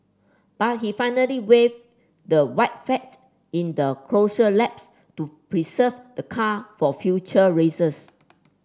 but he finally waved the white fact in the closure laps to preserve the car for future races